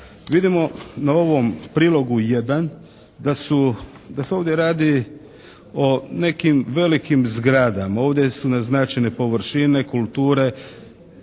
Vidimo na ovom prilogu 1. da se ovdje radi o nekim velikim zgradama. Ovdje su naznačene površine, kulture,